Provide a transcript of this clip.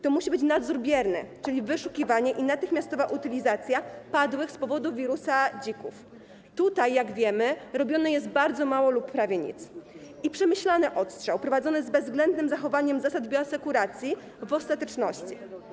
To musi być nadzór bierny, czyli wyszukiwanie i natychmiastowa utylizacja padłych z powodu wirusa dzików - tutaj, jak wiemy, robione jest bardzo mało lub prawie nic - i przemyślany odstrzał prowadzony z bezwzględnym zachowaniem zasad bioasekuracji w ostateczności.